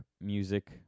music